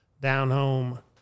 down-home